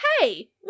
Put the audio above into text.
hey